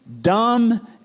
dumb